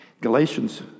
Galatians